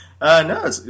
no